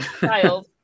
child